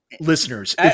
listeners